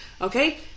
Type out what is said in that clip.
okay